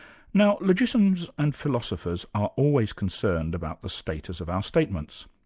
now, logicians and philosophers are always concerned about the status of our statements.